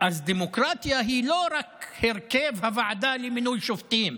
אז דמוקרטיה היא לא רק הרכב הוועדה למינוי שופטים,